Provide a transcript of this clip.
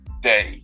day